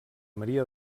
maria